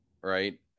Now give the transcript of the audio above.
right